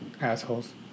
assholes